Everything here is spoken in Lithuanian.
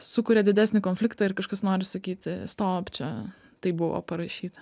sukuria didesnį konfliktą ir kažkas nori sakyti stop čia taip buvo parašyta